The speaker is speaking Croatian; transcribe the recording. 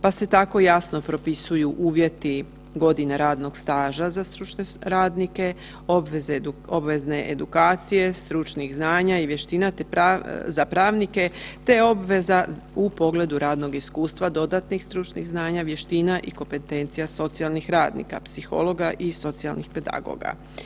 Pa se tako jasno propisuju uvjeti godina radnog staža za stručne radnike, obvezne edukacije stručnih znanja i vještina za pravnike te obveza u pogledu radnog iskustva dodatnih stručnih znanja, vještina i kompetencija socijalnih radnika, psihologa i socijalnih pedagoga.